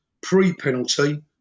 pre-penalty